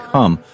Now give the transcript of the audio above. Come